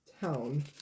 town